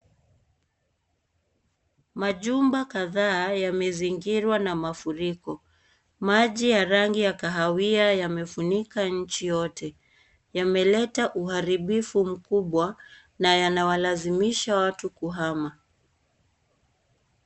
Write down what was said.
Majumba kadhaa yamezingira na mafuriko, maji ya rangi ya kahawia yamefunika nchi yote yameleta uharibifu mkubwa na wanawalazimisha watu kuhama.